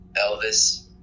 Elvis